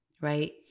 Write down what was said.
right